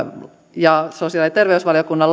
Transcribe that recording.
ja sosiaali ja terveysvaliokunnan